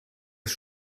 ist